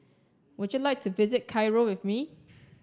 would you like to visit Cairo with me